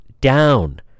down